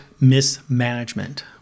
mismanagement